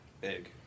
big